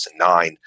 2009